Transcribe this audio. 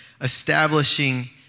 establishing